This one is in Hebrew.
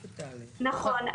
נכון.